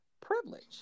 privilege